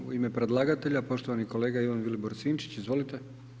U ime predlagatelja poštovani kolega Ivan Vilibor Sinčić, izvolite.